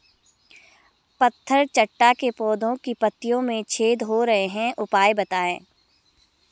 पत्थर चट्टा के पौधें की पत्तियों में छेद हो रहे हैं उपाय बताएं?